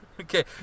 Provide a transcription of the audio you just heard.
Okay